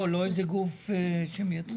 לא איזה גוף שמייצג?